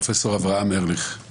פרופ' אברהם ארליך.